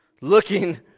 looking